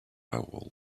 will